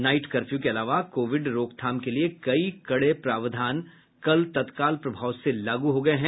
night curfew के अलावा Covid रोकथाम के लिए कई कड़े प्रावधान कल तत्काल प्रभाव से लागू हो गये हैं